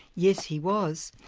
yes, he was.